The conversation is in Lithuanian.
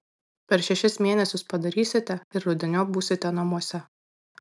per šešis mėnesius padarysite ir rudeniop būsite namuose